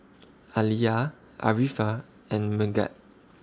Alya Arifa and Megat